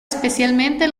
especialmente